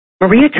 Maria